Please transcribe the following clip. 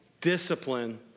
discipline